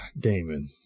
Damon